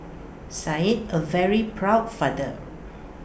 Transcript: said A very proud father